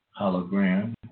hologram